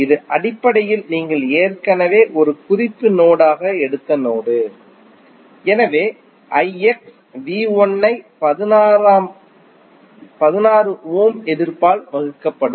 இது அடிப்படையில் நீங்கள் ஏற்கனவே ஒரு குறிப்பு நோடு ஆக எடுத்துள்ள நோடு எனவே ஐ 16 ஓம் எதிர்ப்பால் வகுக்கப்படும்